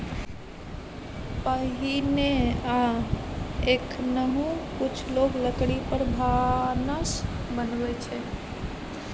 पहिने आ एखनहुँ कुछ लोक लकड़ी पर भानस बनबै छै